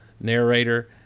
narrator